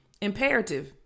imperative